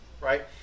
right